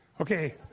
Okay